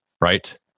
right